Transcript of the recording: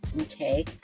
okay